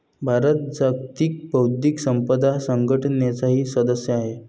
भारत जागतिक बौद्धिक संपदा संघटनेचाही सदस्य आहे